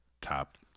top